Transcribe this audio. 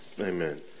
Amen